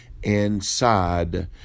inside